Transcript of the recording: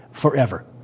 forever